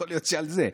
יכול להיות שעל זה.